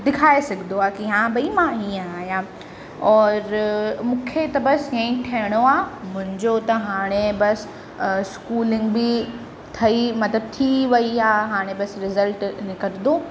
ॾेखारे सघंदो आहे कि हा भई मां हीअं आहियां और मूंखे त बस हीअं ई ठहणो आहे मुंहिंजो त हाणे बस स्कूलिंग बि अथई मतिलबु थी वई आहे हाणे बस रिज़ल्ट निकरंदो